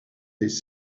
des